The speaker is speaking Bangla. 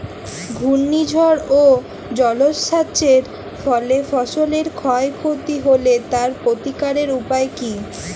ঘূর্ণিঝড় ও জলোচ্ছ্বাস এর ফলে ফসলের ক্ষয় ক্ষতি হলে তার প্রতিকারের উপায় কী?